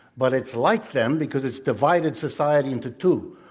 but it's like them because it's divided society into two.